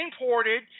imported